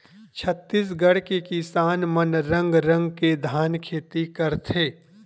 छत्तीसगढ़ के किसान मन रंग रंग के धान के खेती करथे